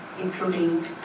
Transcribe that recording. including